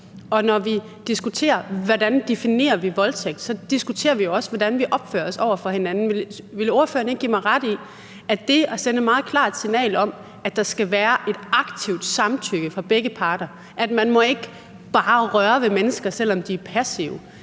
Og når vi diskuterer, hvordan vi definerer voldtægt, så diskuterer vi også, hvordan man opfører sig over for hinanden. Vil ordføreren ikke give mig ret i, at det at sende et meget klart signal om, at der skal være et aktivt samtykke fra begge parter, og at man ikke bare må røre ved mennesker, selv om de er passive,